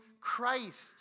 Christ